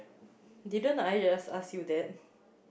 didn't I just ask you that